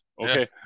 okay